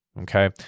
Okay